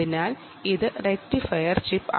അതിനാൽ ഇത് rectifier chip